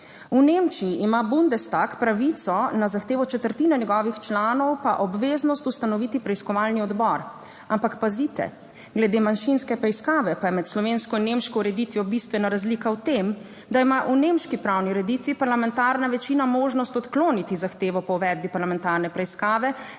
V Nemčiji ima Bundestag pravico na zahtevo četrtine njegovih članov pa obveznost ustanoviti preiskovalni odbor. Ampak pazite, glede manjšinske preiskave pa je med slovensko in nemško ureditvijo bistvena razlika v tem, da ima v nemški pravni ureditvi parlamentarna večina možnost odkloniti zahtevo po uvedbi parlamentarne preiskave,